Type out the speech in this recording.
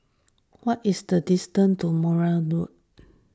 what is the distance to Mowbray Road